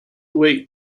wait